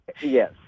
Yes